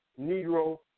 negro